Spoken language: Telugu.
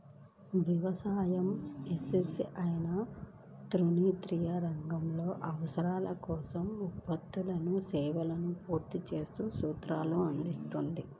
వ్యవసాయ, ఎస్.ఎస్.ఐ తృతీయ రంగ అవసరాల కోసం ఉత్పత్తులు, సేవల పూర్తి సూట్ను అందిస్తుంది